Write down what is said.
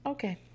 Okay